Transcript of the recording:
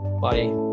Bye